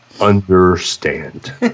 understand